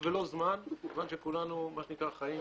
עוזב כל מה שיש לו מידית,